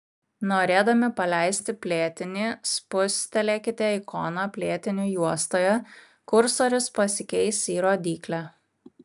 norėdami paleisti plėtinį spustelėkite ikoną plėtinių juostoje kursorius pasikeis į rodyklę